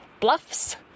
bluffs